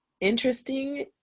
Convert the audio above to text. interesting